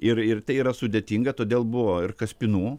ir ir tai yra sudėtinga todėl buvo ir kaspinų